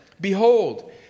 behold